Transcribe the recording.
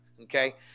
okay